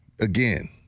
again